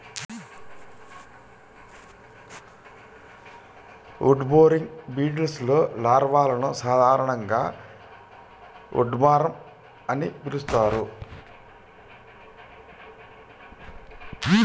wood boring బీటిల్స్లో లార్వాలను సాధారణంగా ఉడ్వార్మ్ అని పిలుస్తారు